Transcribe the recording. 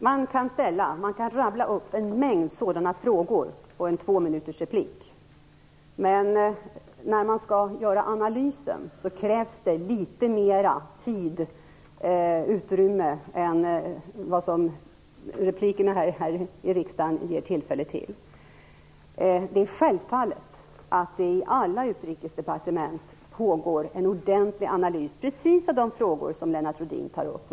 Fru talman! Man kan rabbla upp en mängd sådana frågor i en tvåminutersreplik, men för att göra analysen krävs det litet mer tid än vad replikerna här i riksdagen ger tillfälle till. Det är självklart att det i alla utrikesdepartement görs en ordentlig analys av precis de frågor som Lennart Rohdin tar upp.